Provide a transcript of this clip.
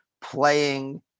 playing